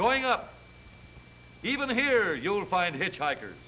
going up even here you'll find hitchhikers